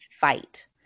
fight